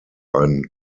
ein